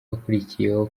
wakurikiyeho